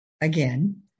Again